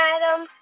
Adam